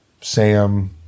Sam